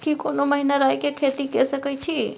की कोनो महिना राई के खेती के सकैछी?